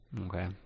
Okay